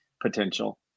potential